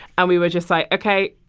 and we were just like, ok,